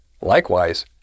Likewise